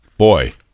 Boy